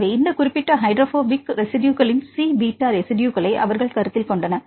எனவே இந்த குறிப்பிட்ட ஹைட்ரோபோபிக் ரெஸிட்யுகளின் சி பீட்டா ரெஸிட்யுகளை அவர்கள் கருத்தில் கொண்டனர்